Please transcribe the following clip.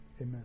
amen